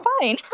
fine